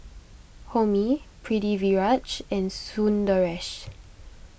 Homi Pritiviraj and Sundaresh